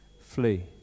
flee